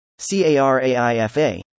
CARAIFA